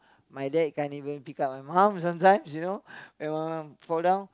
my dad can't even pick up my mom sometimes you know when my mom fall down